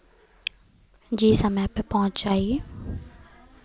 जी समय पे पहुँच जाइये